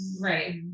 Right